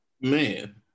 Man